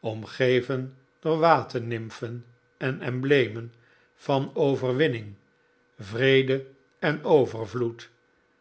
omgeven door waternimfen en emblemen van overwinning vrede en overvloed